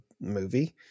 movie